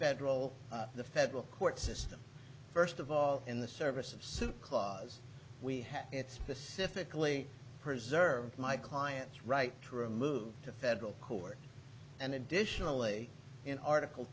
federal the federal court system first of all in the service of soup clause we have it specifically preserve my client's right to remove to federal court and additionally in article